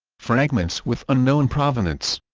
fragments with unknown provenance